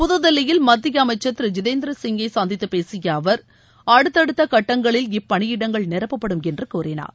புதுதில்லியில் மத்திய அமைச்சர் திரு ஜிதேந்திர சிங்கை சந்தித்துப் பேசிய அவர் அடுத்தடுத்த கட்டங்களில் இப்பணியிடங்கள் நிரப்படும் என்று கூறினார்